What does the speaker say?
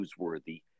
newsworthy